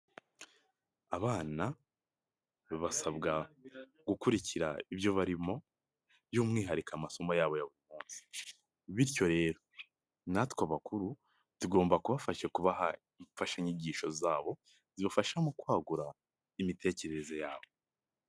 Abana basabwa gukurikira ibyo barimo by'umwihariko amasomo yabo ya buri munsi, bityo rero, natwe abakuru tugomba kubafasha kubaha imfashanyigisho zabo, zibafasha mu kwagura, imitekerereze yawe.